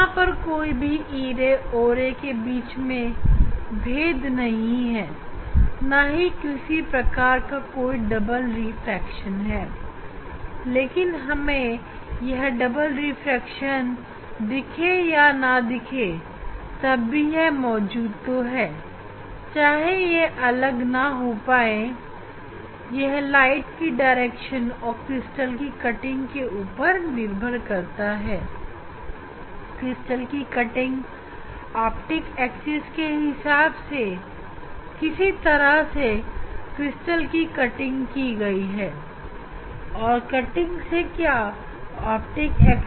यहां पर कोई भी o ray और e ray के बीच कोई भी दूरी नहीं है और ना ही किसी प्रकार का कोई डबल रिफ्रैक्शन है लेकिन हमें यह डबल रिफ्रैक्शन दिखे या ना दिखे तब भी यह तो मौजूद है चाहे यह अलग ना हो पाए यह लाइट की दिशा ऑप्टिक एक्सिस के हिसाब से क्रिस्टल की कटिंग किस तरह से क्रिस्टल की कटिंग की गई और कटिंग से क्या ऑप्टिक एक्सिस की दिशा हो गई इन सभी कारक पर निर्भर करता है